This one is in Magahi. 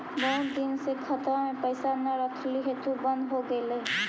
बहुत दिन से खतबा में पैसा न रखली हेतू बन्द हो गेलैय?